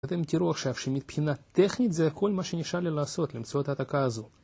ואתם תראו עכשיו שמבחינה טכנית זה הכל מה שנשאר לי לעשות למצוא את העתקה הזו